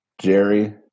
Jerry